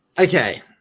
Okay